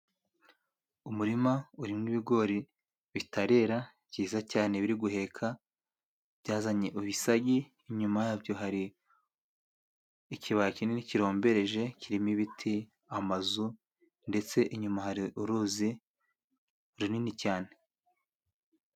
Umurima urimo ibigori bitarera byiza cyane biri guheka byazanye ibisagi inyuma ya byo hari ikibaya kinini kirombereje kirimo ibiti, amazu ndetse inyuma hari uruzi runini cyane.